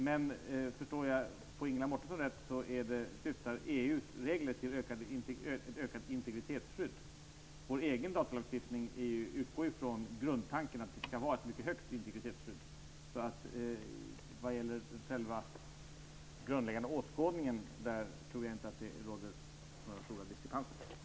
Men om jag förstår Ingela Mårtensson rätt syftar EU:s regler till ökat integritetsskydd. Vår egen datalagstiftning utgår från grundtanken att vi skall ha ett mycket starkt integritetsskydd. Jag tror inte att det finns några stora diskrepanser när det gäller den grundläggande åskådningen.